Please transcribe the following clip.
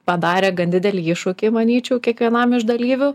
padarė gan didelį iššūkį manyčiau kiekvienam iš dalyvių